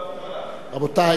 רבותי,